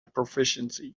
proficiency